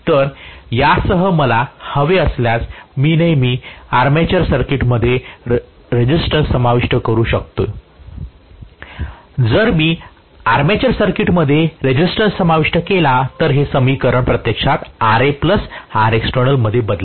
तर यासह मला हवे असल्यास मी नेहमी आर्मेचर सर्किटमध्ये रेसिस्टन्स समाविष्ट करू शकतो जर मी आर्मेचर सर्किटमध्ये रेसिस्टन्स समाविष्ट केला तर हे समीकरण प्रत्यक्षात Ra प्लस Rexternal मध्ये बदलेल